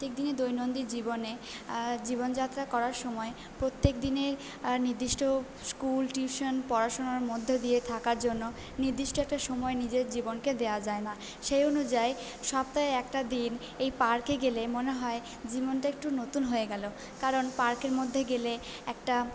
প্রত্যেক দিনই দৈনন্দিন জীবনে জীবনযাত্রা করার সময় প্রত্যেক দিনই নির্দিষ্ট স্কুল টিউশন পড়াশোনার মধ্য দিয়ে থাকার জন্য নির্দিষ্ট একটা সময় নিজের জীবনকে দেওয়া যায় না সেই অনুযায়ী সপ্তাহে একটা দিন এই পার্কে গেলে মনে হয় জীবনটা একটু নতুন হয়ে গেলো কারণ পার্কের মধ্যে গেলে একটা